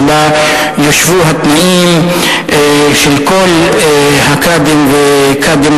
שבה יושוו התנאים של כל הקאדים וקאדים